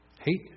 Hate